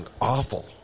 Awful